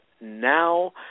now